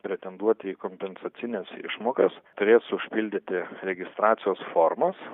pretenduoti į kompensacines išmokas turės užpildyti registracijos formas